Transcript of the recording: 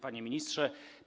Panie Ministrze!